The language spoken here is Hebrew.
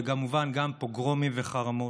וכמובן גם פוגרומים וחרמות.